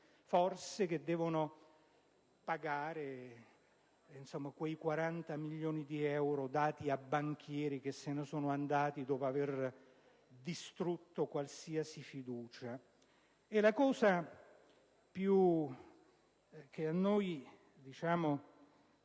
forse devono pagare quei 40 milioni di euro elargiti a banchieri che se ne sono andati dopo aver distrutto qualsiasi fiducia. La cosa che ci fa